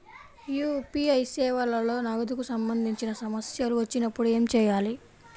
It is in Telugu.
యూ.పీ.ఐ సేవలలో నగదుకు సంబంధించిన సమస్యలు వచ్చినప్పుడు ఏమి చేయాలి?